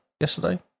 Yesterday